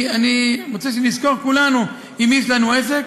אני רוצה שנזכור כולנו עם מי יש לנו עסק.